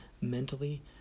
mentally